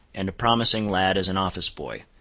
and a promising lad as an office-boy.